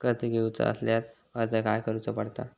कर्ज घेऊचा असल्यास अर्ज खाय करूचो पडता?